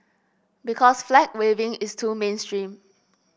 because flag waving is too mainstream